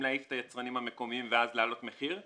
להעיף את היצרנים המקומיים ואז להעלות מחיר,